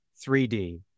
3D